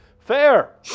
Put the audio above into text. fair